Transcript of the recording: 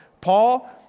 Paul